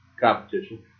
competition